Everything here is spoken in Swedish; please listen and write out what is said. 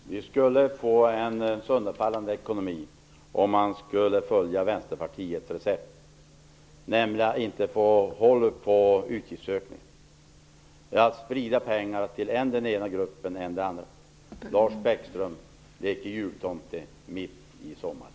Fru talman! Vi skulle få en sönderfallande ekonomi om man följde Vänsterpartiets recept. Då skulle man inte få håll på utgiftsökningen. Det skulle bli så att man spred pengarna än till den ena gruppen, än till den andra. Lars Bäckström leker jultomte mitt i sommaren.